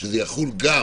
שזה יחול בוודאי גם